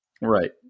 Right